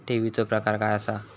ठेवीचो प्रकार काय असा?